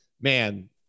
man